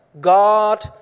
God